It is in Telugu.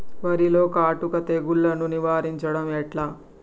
వరిలో కాటుక తెగుళ్లను నివారించడం ఎట్లా?